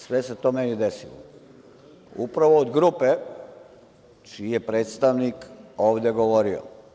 Sve se to meni desilo upravo od grupe čiji je predstavnik ovde govorio.